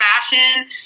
fashion